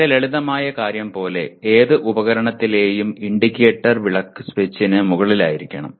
വളരെ ലളിതമായ കാര്യം പോലെ ഏത് ഉപകരണത്തിലെയും ഇൻഡിക്കേറ്റർ വിളക്ക് സ്വിച്ചിന് മുകളിലായിരിക്കണം